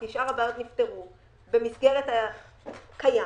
כי שאר הבעיות נפתרו במסגרת הקיים,